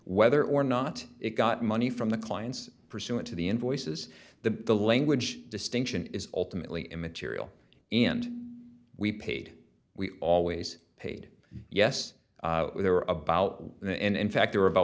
whether or not it got money from the clients pursuant to the invoices the language distinction is ultimately immaterial and we paid we always paid yes there were about in fact there were about